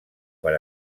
per